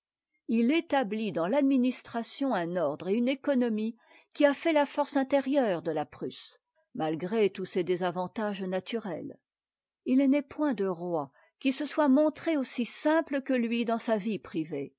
il établit dans l'administration un ordre et une économie qui ont fait la force intérieure de la prusse malgré tous ses désavantages naturels il n'est point de roi qui se soit montré aussi simple que lui dans sa vie privée